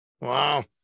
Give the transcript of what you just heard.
wow